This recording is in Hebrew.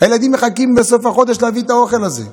הילדים מחכים, בסוף החודש להביא את האוכל הזה.